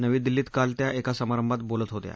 नवी दिल्लीत काल त्या एका समारंभात बोलत होत्या